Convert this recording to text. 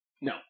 No